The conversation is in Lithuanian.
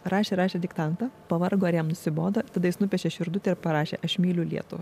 rašė rašė diktantą pavargo ir jam nusibodo tada jis nupiešė širdutę ir parašė aš myliu lietuvą